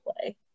play